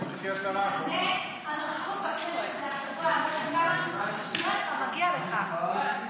על נוכחות בכנסת, מגיע לך.